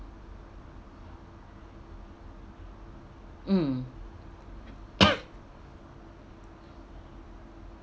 mm